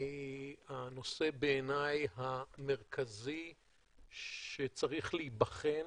הנושא בעיניי המרכזי שצריך להיבחן